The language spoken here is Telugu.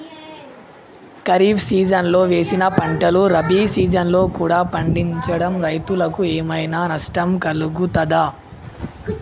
ఖరీఫ్ సీజన్లో వేసిన పంటలు రబీ సీజన్లో కూడా పండించడం రైతులకు ఏమైనా నష్టం కలుగుతదా?